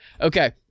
Okay